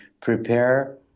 prepare